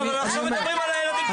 כן, אבל עכשיו מדברים על הילדים שלנו.